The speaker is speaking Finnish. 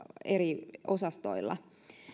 eri osastoilla